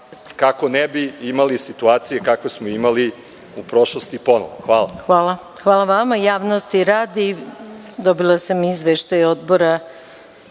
kako ne bi imali situacije kakve smo imali u prošlosti ponovo. Hvala. **Maja Gojković** Javnosti radi, dobila sam izveštaj Odbora